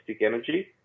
energy